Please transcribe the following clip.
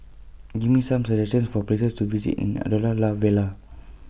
Give Me Some suggestions For Places to visit in Andorra La Vella